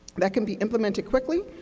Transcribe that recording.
that can be implemented quickly,